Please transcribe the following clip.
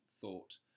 thought